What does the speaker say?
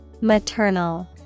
Maternal